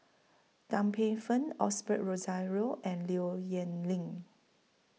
Tan Paey Fern Osbert Rozario and Low Yen Ling